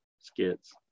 skits